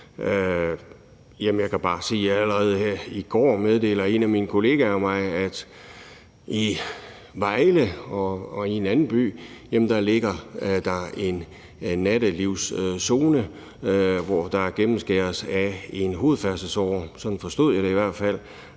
jeg kan bare sige, at allerede her i går meddeler en af mine kollegaer mig, at i Vejle og i en anden by ligger der en nattelivszone, der gennemskæres af en hovedfærdselsåre – sådan forstod jeg det i hvert fald.